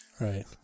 right